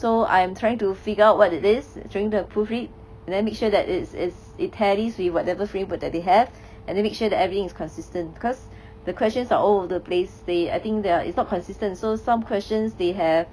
so I am trying to figure out what is it trying to proofread then make sure that it's it's it tallies with whatever framework that they have and then make sure that everything is consistent because the questions are all over the place they I think they are is not consistent so some questions they have